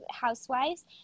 housewives